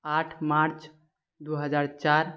आठ मार्च दू हजार चारि